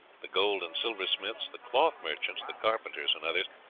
the gold and silver smiths, the cloth merchants, the carpenters and others,